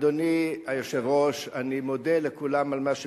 אדוני היושב-ראש, אני מודה לכולם על מה שמעירים.